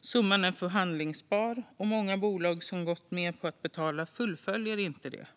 Summan är förhandlingsbar, och många bolag som har gått med på att betala fullföljer inte detta.